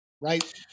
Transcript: right